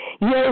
Yes